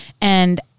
And-